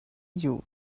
you